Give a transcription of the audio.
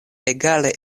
egale